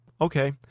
okay